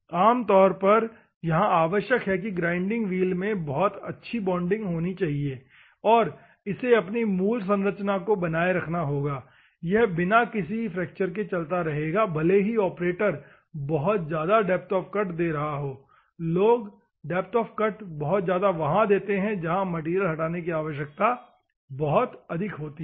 आम तौर पर यहाँ आवश्यक है की ग्राइंडिंग व्हील में बहुत अच्छी बॉन्डिंग होनी चाहिए और इसे अपनी मूल संरचना को बनाए रखना होगा यह बिना किसी फ्रैक्चर के चलता रहेगा भले ही ऑपरेटर बहित ज्यादा डेप्थ ऑफ़ कट दे रहा हों लोग डेप्थ ऑफ़ कट बहुत ज्यादा वहा देते है जहा मैटेरियल हटाने की आवश्यकता बहुत अधिक हो ठीक है